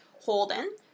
Holden